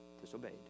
disobeyed